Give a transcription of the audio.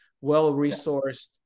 well-resourced